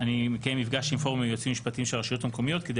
אני מקיים מפגש עם פורום יועצים משפטיים של הרשויות המקומיות כדי